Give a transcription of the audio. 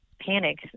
panic